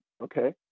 okay